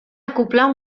acoblar